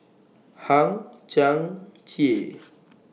Hang Chang Chieh